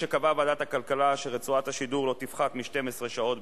יש הסתייגויות, לפי מה שרשום פה זה כחצי שעה.